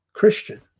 Christian